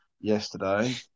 yesterday